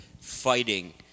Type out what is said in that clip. fighting